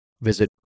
visit